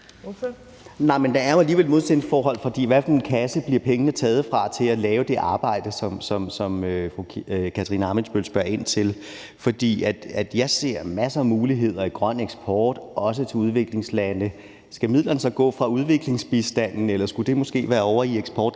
er jo alligevel et modsætningsforhold, for hvad for en kasse bliver pengene taget fra til at lave det arbejde, som fru Katarina Ammitzbøll spørger ind til? Jeg ser masser af muligheder i grøn eksport også til udviklingslande. Skal midlerne så gå fra udviklingsbistanden, eller skulle det måske være ovre i eksportkassen,